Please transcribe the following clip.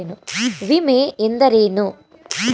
ವಿಮೆ ಎಂದರೇನು?